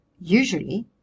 usually